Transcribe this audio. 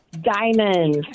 Diamonds